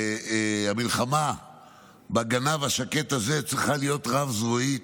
המלחמה בגנב השקט הזה צריכה להיות רב-זרועית,